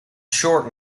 short